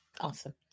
Awesome